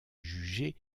jugé